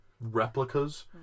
replicas